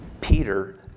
Peter